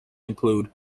include